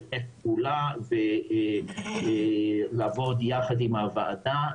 לשתף פעולה ולעבוד יחד עם הוועדה